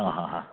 അ ഹാ ഹാ